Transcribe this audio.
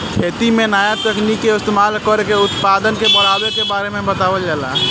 खेती में नया तकनीक के इस्तमाल कर के उत्पदान के बढ़ावे के बारे में बतावल जाता